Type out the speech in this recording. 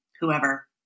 whoever